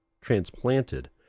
transplanted